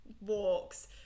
walks